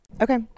Okay